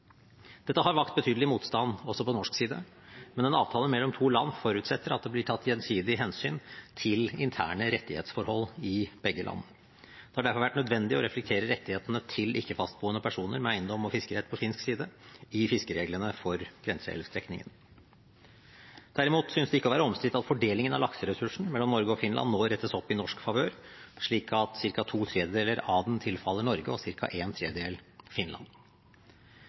Dette har vakt betydelig motstand også på norsk side, men en avtale mellom to land forutsetter at det blir tatt gjensidig hensyn til interne rettighetsforhold i begge land. Det har derfor vært nødvendig å reflektere rettighetene til ikke-fastboende personer med eiendom og fiskerett på finsk side i fiskereglene for grenseelvstrekningen. Derimot synes det ikke å være omstridt at fordelingen av lakseressursen mellom Norge og Finland nå rettes opp i norsk favør, slik at ca. to tredjedeler av den tilfaller Norge og ca. én tredjedel tilfaller Finland.